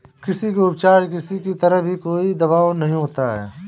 किसी के ऊपर किसी भी तरह का कोई दवाब नहीं होता है